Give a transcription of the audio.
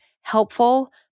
helpful